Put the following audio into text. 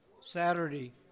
Saturday